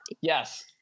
Yes